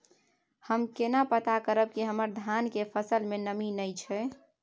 हम केना पता करब की हमर धान के फसल में नमी नय छै?